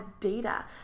data